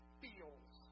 feels